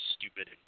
stupid